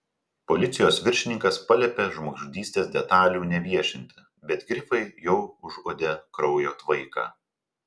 policijos viršininkas paliepė žmogžudystės detalių neviešinti bet grifai jau užuodė kraujo tvaiką